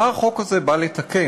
מה החוק הזה בא לתקן.